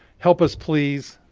help us please.